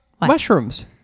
Mushrooms